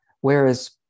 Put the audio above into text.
whereas